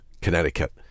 Connecticut